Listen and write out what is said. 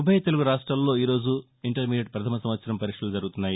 ఉభయ తెలుగు రాష్ట్రాల్లో ఈ రోజు ఇంటర్మీడియట్ ప్రథమ సంవత్సరం పరీక్షలు జరుగుతాయి